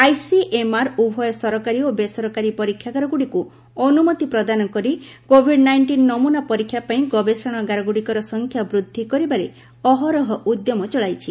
ICMR ଉଭୟ ସରକାରୀ ଓ ବେସରକାରୀ ପରୀକ୍ଷାଗାରଗୁଡ଼ିକୁ ଅନୁମତି ପ୍ରଦାନ କରି କୋଭିଡ୍ ନାଇଷ୍ଟିନ୍ ନମୁନା ପରୀକ୍ଷା ପାଇଁ ଗବେଷଣାଗାରଗୁଡ଼ିକର ସଂଖ୍ୟା ବୃଦ୍ଧି କରିବାରେ ଅହରହ ଉଦ୍ୟମ ଚଳାଇଛି